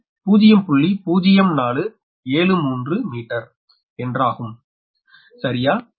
0473 metre என்றாகும் சரியா